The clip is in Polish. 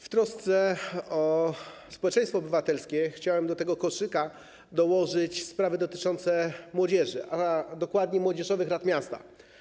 W trosce o społeczeństwo obywatelskie chciałem do tego koszyka dołożyć sprawy dotyczące młodzieży, a dokładnie młodzieżowych rad miasta.